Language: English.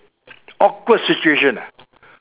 awkward situation ah